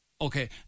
Okay